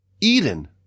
Eden